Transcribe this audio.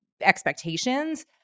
expectations